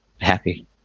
happy